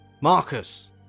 Marcus